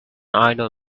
idle